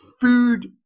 food